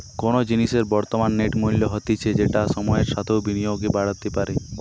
কোনো জিনিসের বর্তমান নেট মূল্য হতিছে যেটা সময়ের সাথেও বিনিয়োগে বাড়তে পারে